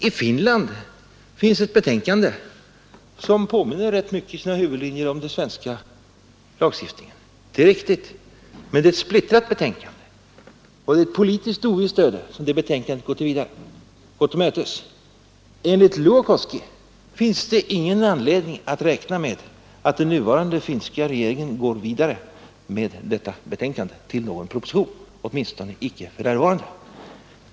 I Finland föreligger ett betänkande som i sina huvudlinjer påminner rätt mycket om den svenska lagstiftningen — det är riktigt. Men det är ett splittrat betänkande, och det är ett politiskt ovisst öde som detta betänkande går till mötes. Enligt Louekoski finns det ingen anledning att räkna med att den nuvarande finska regeringen går vidare med detta betänkande till någon proposition, åtminstone icke för närvarande.